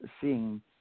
seeing